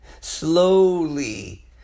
Slowly